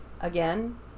again